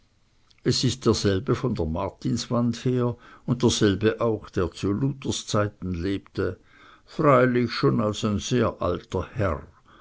es ist derselbe von der martinswand her und derselbe auch der zu luthers zeiten lebte freilich schon als ein sehr alter herr